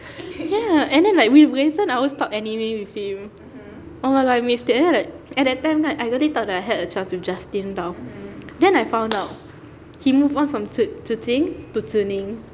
ya and then like with rayson I always talk anime with him oh my god I missed it and then at that at that time kan I really thought that I had a chance with justin [tau] then I found out he moved on from zi zi qing to zi ning